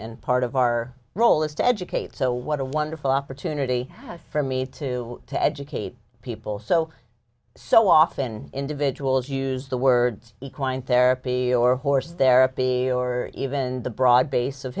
and part of our role is to educate so what a wonderful opportunity for me to to educate people so so often individuals use the words equine therapy or horse they're a pig or even the broad base of